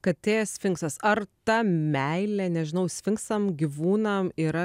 katė sfinksas ar ta meilė nežinau sfinksam gyvūnam yra